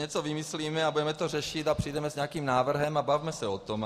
Něco vymyslíme a budeme to řešit, přijdeme s nějakým návrhem a bavme se o tom.